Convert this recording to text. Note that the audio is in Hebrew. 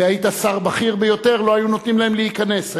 והיית שר בכיר ביותר, לא היו נותנים להם להיכנס.